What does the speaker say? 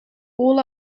all